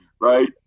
right